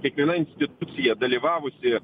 kiekviena institucija dalyvavusi